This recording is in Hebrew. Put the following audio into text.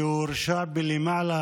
שהורשע בלמעלה